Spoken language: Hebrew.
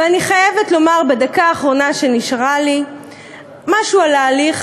ואני חייבת לומר בדקה האחרונה שנשארה לי משהו על ההליך,